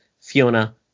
Fiona